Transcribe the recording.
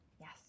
Yes